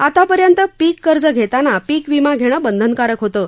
आतापर्यंत पीक कर्ज घेताना पीक वीमा घेणे बंधनकारक होतं